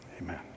Amen